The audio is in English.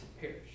perish